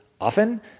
often